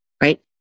right